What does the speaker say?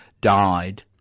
died